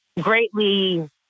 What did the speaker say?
greatly